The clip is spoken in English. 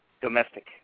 Domestic